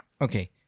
Okay